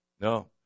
No